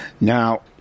Now